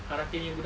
karate punya budak